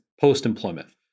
post-employment